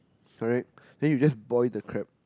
right then you just boil the crab